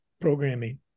programming